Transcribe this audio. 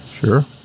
sure